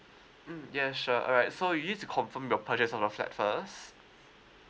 mm ya sure alright so you just confirm your purchase of the flat first